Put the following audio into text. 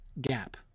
gap